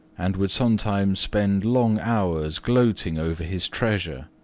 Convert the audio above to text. and would sometimes spend long hours gloating over his treasure.